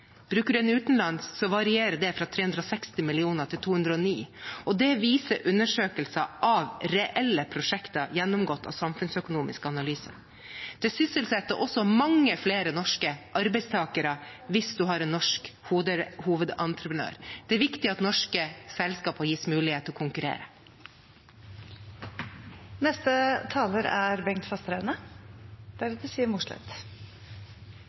Bruker man en utenlandsk, varierer det fra 360 mill. kr til 209 mill. kr. Det viser undersøkelser av reelle prosjekter som er gjennomgått av Samfunnsøkonomisk analyse. Det sysselsetter også mange flere norske arbeidstakere hvis man har en norsk hovedentreprenør. Det er viktig at norske selskaper gis mulighet til å